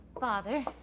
Father